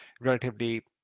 relatively